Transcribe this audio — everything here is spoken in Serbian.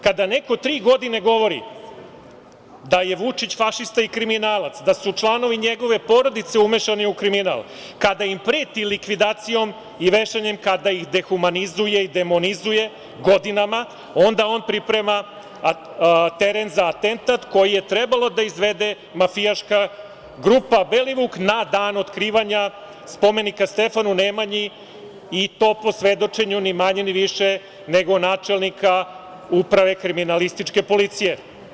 Kada neko tri godine govori da je Vučić fašista i kriminalac, da su članovi njegove porodice umešane u kriminal, kada im preti likvidacijom i vešanjem, kada ih dehumanizuje i demonizuje godinama, onda on priprema teren za atentat koji je trebalo da izvede mafijaška grupa „Belivuk“ na dan otkrivanja spomenika Stefanu Nemanji i to po svedočenju, ni manje ni više, nego načelnika Uprave kriminalističke policije.